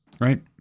right